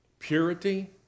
Purity